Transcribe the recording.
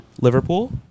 Liverpool